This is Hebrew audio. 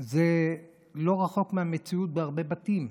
זה לא רחוק מהמציאות בהרבה בתים.